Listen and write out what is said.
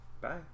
Bye